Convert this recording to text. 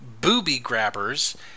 booby-grabbers